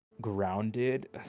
grounded